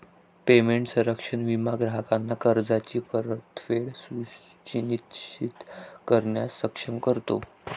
payment संरक्षण विमा ग्राहकांना कर्जाची परतफेड सुनिश्चित करण्यास सक्षम करतो